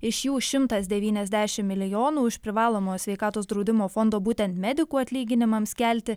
iš jų šimtas devyniasdešim milijonų iš privalomojo sveikatos draudimo fondo būtent medikų atlyginimams kelti